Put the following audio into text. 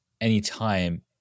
anytime